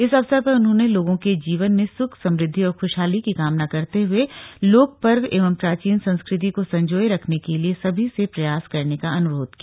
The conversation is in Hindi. इस अवसर पर उन्होंने लोगों के जीवन में सुख समृद्धि और खुशहाली की कामना करते हुए लोकपर्व एवं प्राचीन संस्कृति को संजोऐ रखने के लिए सभी से प्रयास करने का अनुरोध किया